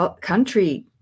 country